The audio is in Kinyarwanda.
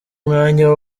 umwanya